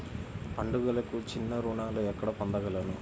పండుగలకు చిన్న రుణాలు ఎక్కడ పొందగలను?